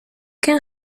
can